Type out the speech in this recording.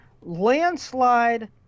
landslide